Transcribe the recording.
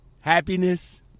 Happiness